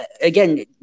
Again